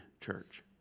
church